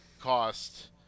cost